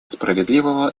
справедливого